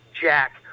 Jack